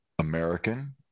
American